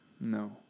No